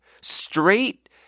straight